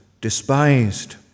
despised